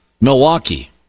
Milwaukee